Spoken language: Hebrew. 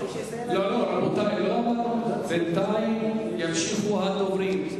לא, רבותי, בינתיים ימשיכו הדוברים.